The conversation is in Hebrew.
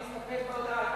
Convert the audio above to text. אני מסתפק בהודעה.